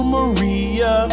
Maria